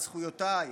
על זכויותיי.